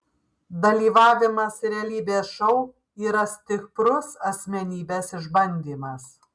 dalyvavimas realybės šou yra stiprus asmenybės išbandymas